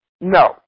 No